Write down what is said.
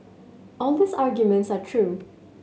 all these arguments are true